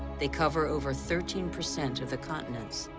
they cover over thirteen percent of the continents.